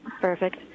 Perfect